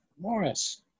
Morris